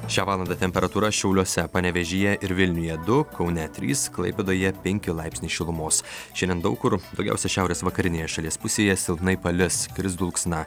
šią valandą temperatūra šiauliuose panevėžyje ir vilniuje du kaune trys klaipėdoje penki laipsniai šilumos šiandien daug kur daugiausiai šiaurės vakarinėje šalies pusėje silpnai palis kris dulksna